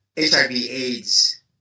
HIV/AIDS